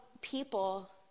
people